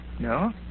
No